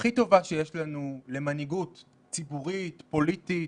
הכי טובה שיש לנו למנהיגות ציבורית, פוליטית,